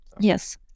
yes